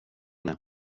det